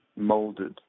molded